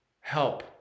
help